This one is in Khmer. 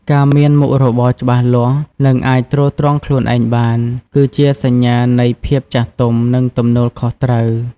ការមានមុខរបរច្បាស់លាស់ និងអាចទ្រទ្រង់ខ្លួនឯងបាន គឺជាសញ្ញានៃភាពចាស់ទុំ និងទំនួលខុសត្រូវ។